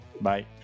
Bye